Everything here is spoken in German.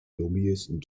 lobbyisten